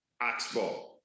Oxbow